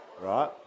right